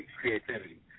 creativity